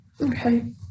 Okay